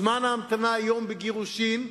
זמן ההמתנה היום בגירושין,